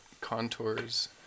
contours